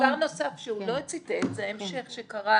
ודבר נוסף שהוא לא ציטט זה ההמשך שקרא